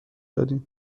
دادیم